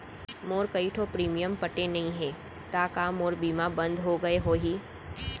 मोर कई ठो प्रीमियम पटे नई हे ता का मोर बीमा बंद हो गए होही?